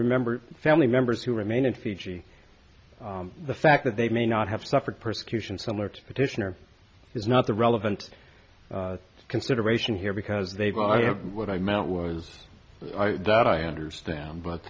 remember family members who remain in fiji the fact that they may not have suffered persecution similar to petition or is not the relevant consideration here because they've what i meant was that i understand but